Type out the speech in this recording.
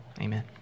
Amen